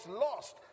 lost